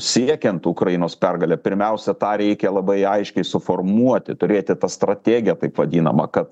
siekiant ukrainos pergalę pirmiausia tą reikia labai aiškiai suformuoti turėti tą strategiją taip vadinamą kad